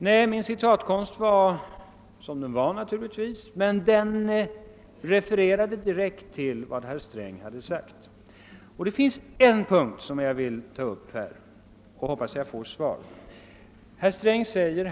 Ja, min citatkonst är sådan den är, men jag refererade direkt vad herr Sträng hade sagt. Jag vill ta upp en punkt och hoppas få ett svar.